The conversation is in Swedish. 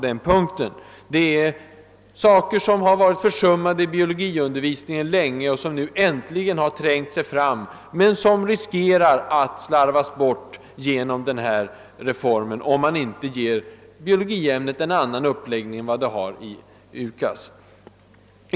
Dessa områden har länge varit försummade i biologiundervisningen och har nu äntligen trängt fram, men de riskerar att slarvas bort genom dagens reform, om man inte ger biologiämnet en annan uppläggning än det har i UKAS-förslaget.